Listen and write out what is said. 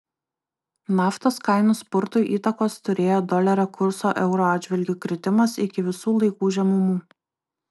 naftos kainų spurtui įtakos turėjo dolerio kurso euro atžvilgiu kritimas iki visų laikų žemumų